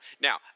Now